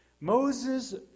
Moses